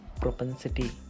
propensity